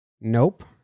Nope